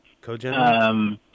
Co-general